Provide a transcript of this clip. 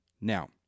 Now